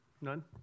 None